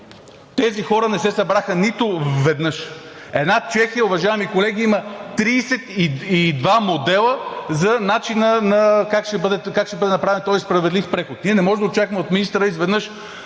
Тези хора не се събраха нито веднъж. Една Чехия, уважаеми колеги, има 32 модела за начина как ще бъде направен този справедлив преход. Ние не можем да очакваме от министъра изведнъж,